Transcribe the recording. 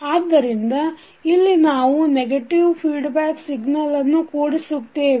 ಆದ್ದರಿಂದ ಇಲ್ಲಿ ನಾವು ನೆಗೆಟಿವ್ ಫೀಡ್ಬ್ಯಾಕ್ ಸಿಗ್ನಲ್ ಅನ್ನು ಕೂಡಿಸಿದ್ದೇವೆ